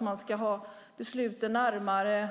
Man ska ha besluten närmare